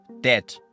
dead